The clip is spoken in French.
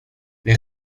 les